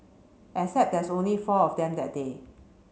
except there's only four of them that day